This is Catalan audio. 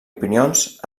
opinions